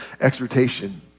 exhortation